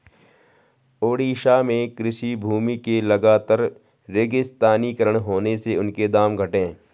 ओडिशा में कृषि भूमि के लगातर रेगिस्तानीकरण होने से उनके दाम घटे हैं